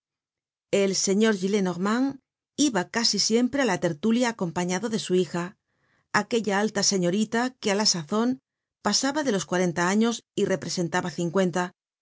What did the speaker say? el señor gillenormand iba casi siempre á la tertulia acompañado de su hija aquella alta señorita que á la sazon pasaba de los cuarenta años y representaba cincuenta